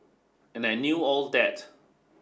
and I knew all that